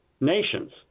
nations